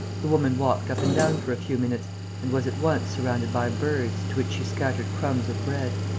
the woman walked up and down for a few minutes and was at once surrounded by birds, to which she scattered crumbs of bread.